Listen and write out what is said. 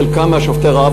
חלקם משובתי הרעב,